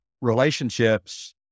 relationships